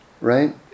right